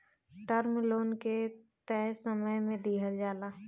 term loan के तय समय में दिहल जाला